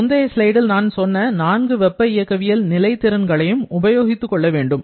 முந்தைய ஸ்லைடில் நான் சொன்ன நான்கு வெப்ப இயக்கவியல் நிலை திறன்களையும் உபயோகித்துக் கொள்ள வேண்டும்